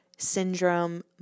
Syndrome